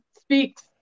speaks